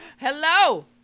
hello